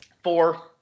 four